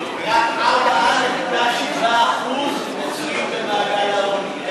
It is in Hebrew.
רק 4.7% נמצאים במעגל העוני.